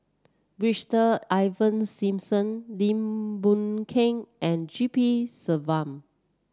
Brigadier Ivan Simson Lim Boon Keng and G P Selvam